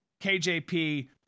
KJP